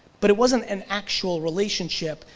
but it wasn't an actual relationship,